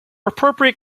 appropriate